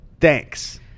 thanks